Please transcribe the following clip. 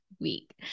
week